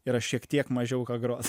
yra šiek tiek mažiau ką grot